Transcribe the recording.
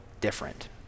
different